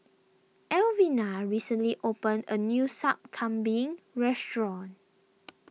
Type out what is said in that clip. Elvina recently opened a new Sup Kambing restaurant